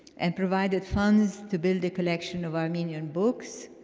and provided funds to build a collection of armenian books,